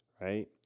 right